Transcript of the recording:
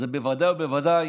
זה בוודאי ובוודאי